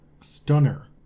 stunner